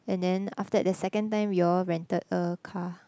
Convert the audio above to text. and then after that the second time we all rented a car